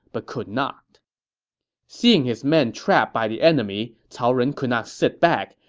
but could not seeing his men trapped by the enemy, cao ren could not sit back.